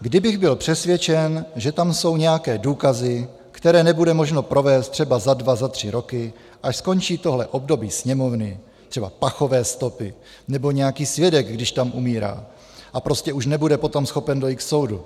Kdybych byl přesvědčen, že tam jsou nějaké důkazy, které nebude možno provést třeba za dva, za tři roky, až skončí tohle období Sněmovny, třeba pachové stopy nebo nějaký svědek, když tam umírá a prostě už nebude potom schopen dojít k soudu,